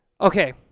Okay